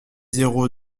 zéro